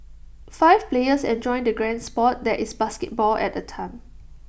five players enjoy the grand Sport that is basketball at A time